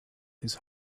his